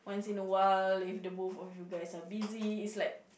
in a while if the both of you guys are busy it's like